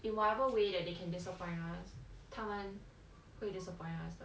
in whatever way that they can disappoint us 他们会 disappoint 的